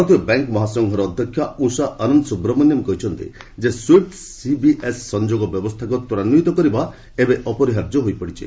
ଭାରତୀୟ ବ୍ୟାଙ୍କ୍ ମହାସଂଘର ଅଧ୍ୟକ୍ଷା ଉଷା ଅନନ୍ତସୁବ୍ରମଣ୍ୟମ୍ କହିଛନ୍ତି ଯେ ସୁଇପୁ ସିବିଏସ୍ ସଂଯୋଗ ବ୍ୟବସ୍ଥାକୁ ତ୍ୱରାନ୍ୱିତ କରିବା ଏବେ ଅପରିହାର୍ଯ୍ୟ ହୋଇପଡ଼ିଛି